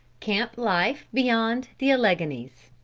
camp life beyond the alleghanies.